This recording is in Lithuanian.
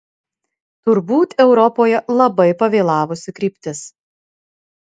turbūt europoje labai pavėlavusi kryptis